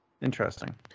Interesting